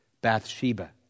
Bathsheba